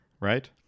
Right